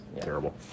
terrible